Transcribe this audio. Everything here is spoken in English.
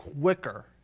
quicker